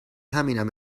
همینم